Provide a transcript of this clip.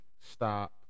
stop